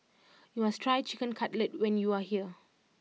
you must try Chicken Cutlet when you are here